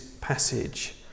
passage